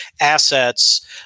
assets